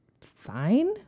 fine